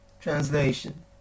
Translation